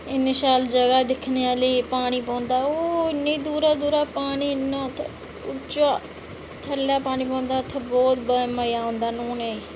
इन्नी शैल जगह दिक्खने आह्ली पानी पौंदा ओह् इन्नी दूरा दूरा पानी इन्ना उच्चा थल्लै पानी पौंदा उत्थै बहुत मज़ा औंदा न्हौने गी